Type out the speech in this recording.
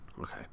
Okay